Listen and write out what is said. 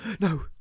No